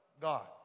God